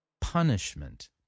punishment